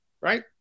Right